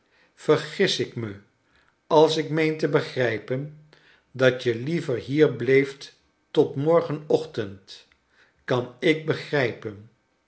vergis ik me als ik meen te begrijpen dat je liever hier bleeft tot morgen ochtend kan ik begrijpen